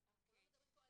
אני רואה את ההקבלה כל הזמן.